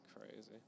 crazy